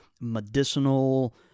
medicinal